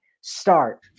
start